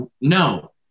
No